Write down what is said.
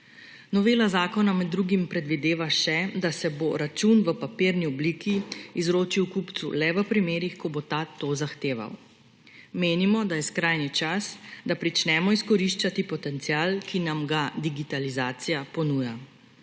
Novela zakona med drugim predvideva še, da se bo račun v papirni obliki izročil kupcu le v primerih, ko bo ta to zahteval. Menimo, da je skrajni čas, da pričnemo izkoriščati potencial, ki nam ga digitalizacija ponuja.